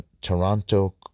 Toronto